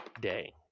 day